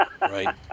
Right